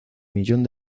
millón